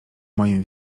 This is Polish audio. moim